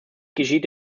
geschieht